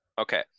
Okay